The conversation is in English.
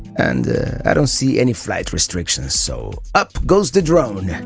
and i don't see any flight restrictions so up goes the drone.